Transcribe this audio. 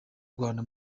rwanda